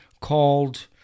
called